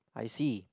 I see